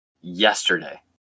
yesterday